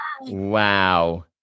Wow